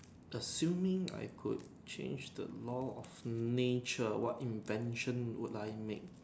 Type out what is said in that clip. assuming I could change the law of nature what invention would I make